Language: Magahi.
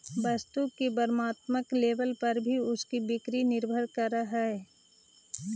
वस्तु की वर्णात्मक लेबल पर भी उसकी बिक्री निर्भर करअ हई